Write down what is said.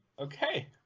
Okay